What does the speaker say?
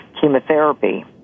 chemotherapy